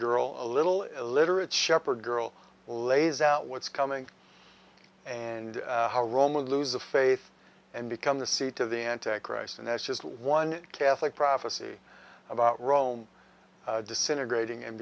girl a little illiterate shepherd girl who lays out what's coming and how roma lose the faith and become the seat of the anti christ and there's just one catholic prophecy about rome disintegrating and